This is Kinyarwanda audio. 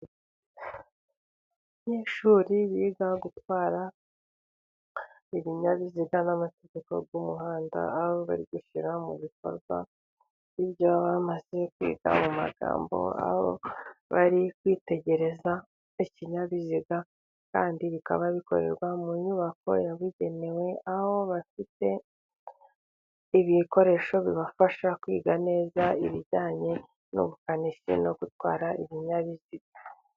Abanyeshuri biga gutwara ibinyabiziga n'amategeko y'umuhanda aho bari gushyira mu bikorwa ibyo bamaze kwiga mu magambo, aho bari kwitegereza ikinyabiziga kandi bikaba bikorerwa mu nyubako yabugenewe, aho bafite ibi bikoresho bibafasha kwiga neza ibijyanye n'ubukanishi no gutwara ibinyabiziga.